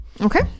okay